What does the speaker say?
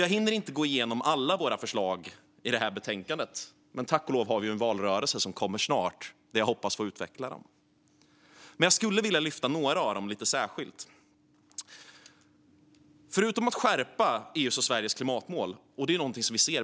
Jag hinner inte gå igenom alla våra förslag i betänkandet, men tack och lov har vi snart en valrörelse där jag hoppas få utveckla dem. Jag skulle dock vilja lyfta upp några av dem lite särskilt. Vi ser att EU:s och Sveriges klimatmål behöver skärpas.